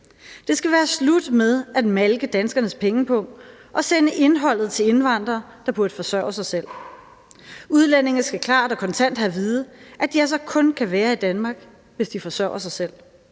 Det skal være slut med at malke danskernes pengepung og sende indholdet til indvandrere, der burde forsørge sig selv. Udlændinge skal klart og kontant have at vide, at de altså kun kan være i Danmark, hvis de forsørger sig selv.